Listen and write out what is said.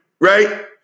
right